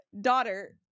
daughter